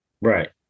Right